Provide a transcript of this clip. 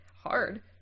hard